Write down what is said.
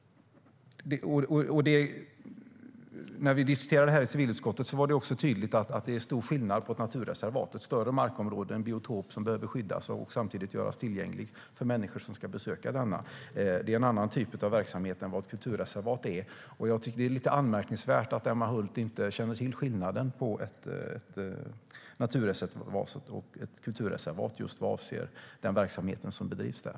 När vi diskuterade det här i civilutskottet var det tydligt att det är stor skillnad på ett naturreservat och ett kulturreservat. Ett naturreservat är ett större markområde, en biotop, som behöver skyddas och samtidigt göras tillgänglig för människor som ska besöka denna. Det är en annan typ av verksamhet än ett kulturreservat är. Det är anmärkningsvärt att Emma Hult inte känner till skillnaden mellan ett naturreservat och ett kulturreservat avseende de verksamheter som bedrivs där.